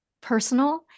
personal